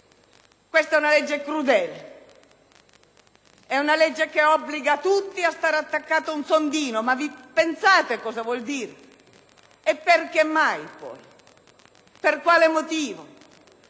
Questa è una legge crudele. È una legge che obbliga tutti a stare attaccati a un sondino. Ma pensate cosa vuol dire? E perché mai, poi? Per quale motivo?